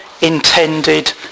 intended